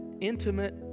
intimate